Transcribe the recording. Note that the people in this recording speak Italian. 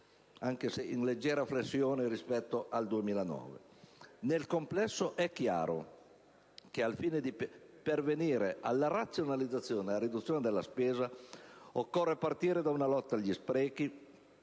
anche se in leggera flessione rispetto al 2009. Nel complesso, è chiaro che, al fine di pervenire alla razionalizzazione e alla riduzione della spesa, occorre partire da una lotta senza